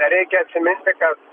reikia atsiminti kad